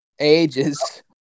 ages